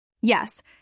Yes